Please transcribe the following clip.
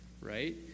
right